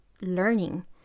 learning